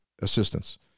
assistance